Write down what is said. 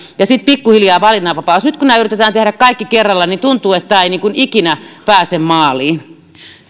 ja sitten pikkuhiljaa valinnanvapaus nyt kun nämä yritetään tehdä kaikki kerralla niin tuntuu että tämä ei ikinä pääse maaliin